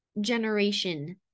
generation